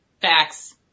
Facts